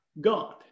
God